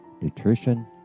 nutrition